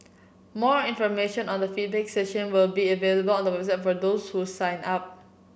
more information on the feedback session will be available on the website for those who sign up